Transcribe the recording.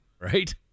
right